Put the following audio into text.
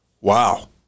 Wow